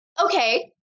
Okay